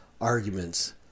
arguments